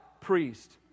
priest